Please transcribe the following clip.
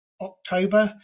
october